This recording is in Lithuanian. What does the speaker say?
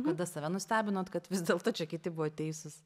kada save nustebinot kad vis dėlto čia kiti buvo teisūs